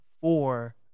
four